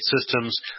systems